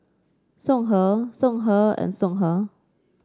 Songhe Songhe and Songhe